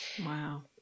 Wow